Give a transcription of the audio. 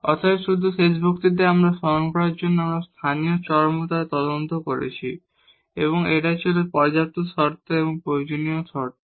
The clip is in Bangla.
অতএব শুধু শেষ বক্তৃতায় স্মরণ করার জন্য আমরা লোকাল এক্সট্রিমা খুঁজে বের করেছি এবং এটি ছিল পর্যাপ্ত শর্ত এবং প্রয়োজনীয় শর্ত